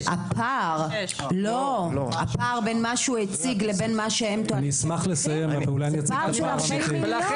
הפער בין מה שהוא הציג לבין מה שהם טוענים זה פער של 40 מיליון.